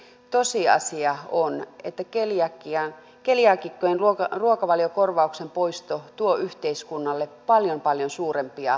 tosiasia on että keliaakikkojen ruokavaliokorvauksen poisto tuo yhteiskunnalle paljon paljon suurempia menoja